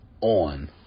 on